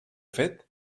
fet